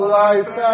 life